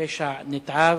ופשע נתעב.